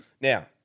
Now